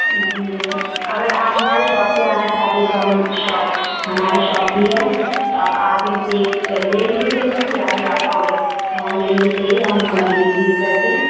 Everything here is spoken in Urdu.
جی میم اگر آپ ہماری شاپ پہ آنا چاہتی ہیں تو ہم شاپ ہماری شاپ بھی ہے تو آپ آ کے دیکھ لے لیجیے اپنے سے یا پھر آپ کو اگر ہوم ڈلیوری چاہیے تو ہم ہوم ڈلیوری بھی کرتے ہیں